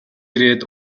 ирээд